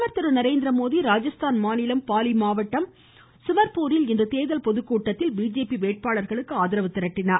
பிரதமர் திரு நரேந்திரமோடி ராஜஸ்தான் மாநிலம் பாலி மாவட்டம் சுமர்பூரில் இன்று தேர்தல் பொதுக்கூட்டத்தில் பிஜேபி வேட்பாளர்களுக்கு ஆதரவு திரட்டினார்